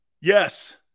Yes